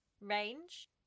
range